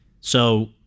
So-